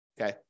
Okay